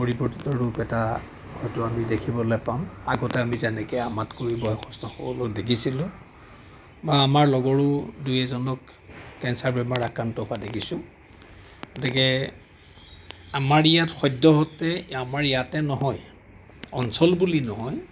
পৰিৱৰ্তিত ৰূপ এটা হয়তো আমি দেখিবলৈ পাম আগতে আমি যেনেকে আমাতকৈ বয়সস্থসকলক দেখিছিলোঁ বা আমাৰ লগৰো দুই এজনক কেঞ্চাৰ বেমাৰত আক্ৰান্ত হোৱা দেখিছোঁ এতেকে আমাৰ ইয়াত সদ্যহতে আমাৰ ইয়াতে নহয় অঞ্চল বুলি নহয়